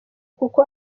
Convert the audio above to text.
kuko